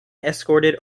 escorted